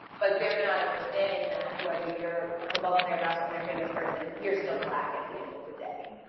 but they're not understanding that whether you're a football player, basketball but so player, famous person, you're still black at the end of the day.